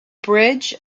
bridge